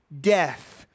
death